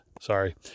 Sorry